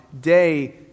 day